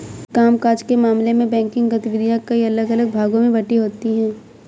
काम काज के मामले में बैंकिंग गतिविधियां कई अलग अलग भागों में बंटी होती हैं